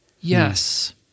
Yes